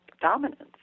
dominance